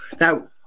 now